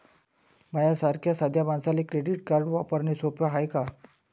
माह्या सारख्या साध्या मानसाले क्रेडिट कार्ड वापरने सोपं हाय का?